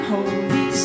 Holy